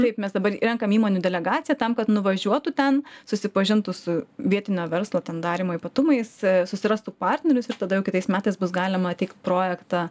taip mes dabar renkam įmonių delegaciją tam kad nuvažiuotų ten susipažintų su vietinio verslo ten darymo ypatumais susirastų partnerius ir tada jau kitais metais bus galima teikt projektą